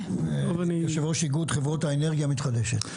יושב ראש איגוד חברות האנרגיה המתחדשת.